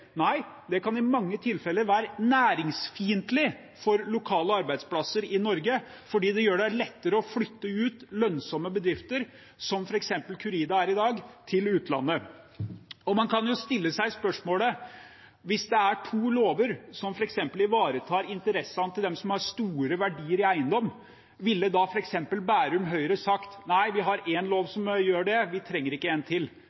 næringsfiendtlig for lokale arbeidsplasser i Norge fordi det gjør det lettere å flytte lønnsomme bedrifter – som f.eks. Curida er i dag – til utlandet. Man kan jo stille seg spørsmålet: Hvis det er to lover som f.eks. ivaretar interessene til dem som har store verdier i eiendom, ville da f.eks. Bærum Høyre sagt at nei, vi har én lov som gjør det, vi trenger ikke en til?